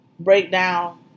breakdown